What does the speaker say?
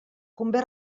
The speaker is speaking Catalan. convé